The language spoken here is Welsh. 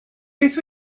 beth